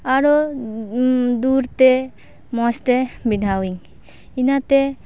ᱟᱨᱚ ᱫᱩᱨᱛᱮ ᱢᱚᱡᱽ ᱛᱮ ᱵᱮᱱᱟᱣᱤᱧ ᱤᱱᱟᱹᱛᱮ